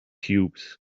cubes